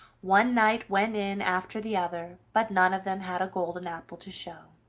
one knight went in after the other, but none of them had a golden apple to show.